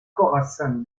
khorassan